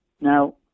Now